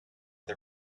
the